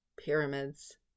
pyramids